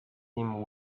him